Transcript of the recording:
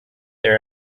there